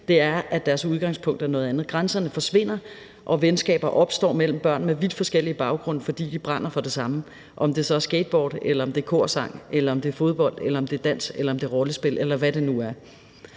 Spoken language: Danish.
selv vælger, nemlig at deres udgangspunkt er et andet. Grænserne forsvinder, og venskaber opstår mellem børn med vidt forskellig baggrund, fordi de brænder for det samme, om det så er skateboard, korsang, fodbold, dans, rollespil, eller hvad det nu er.